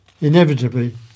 Inevitably